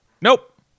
Nope